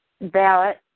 ballot